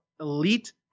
elite